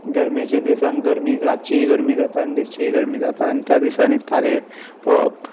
गर्मेच्या दिसान गर्मी रातचीय गर्मी जाता आनी दिसचीय गर्मी जाता आनी त्या दिसांनी तारे पळोवप